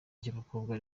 ry’abakobwa